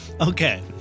Okay